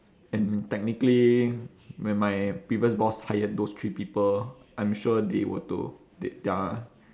and technically when my previous boss hired those three people I'm sure they were to they are